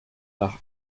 nach